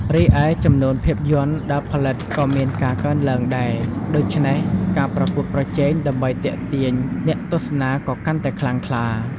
រីឯ ចំនួនភាពយន្តដែលផលិតក៏មានការកើនឡើងដែរ ដូច្នេះការប្រកួតប្រជែងដើម្បីទាក់ទាញអ្នកទស្សនាក៏កាន់តែខ្លាំងក្លា។